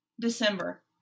December